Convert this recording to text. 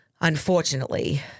Unfortunately